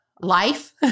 life